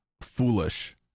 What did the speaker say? foolish